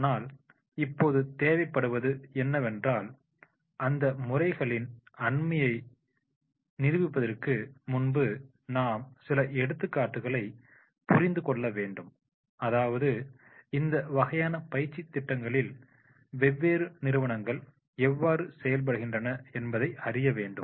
ஆனால் இப்போது தேவைப்படுவது என்னவென்றால் அந்த முறைகளின் உண்மையை நிரூபிப்பதற்கு முன்பு நாம் சில எடுத்துக்காட்டுகளை புரிந்து கொள்ள வேண்டும் அதாவது இந்த வகையான பயிற்சி திட்டங்கலில் வெவ்வேறு நிறுவனங்கள் எவ்வாறு செயல்படுகின்றன என்பதை அறிய வேண்டும்